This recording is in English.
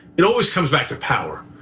it always comes back to power.